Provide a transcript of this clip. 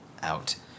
out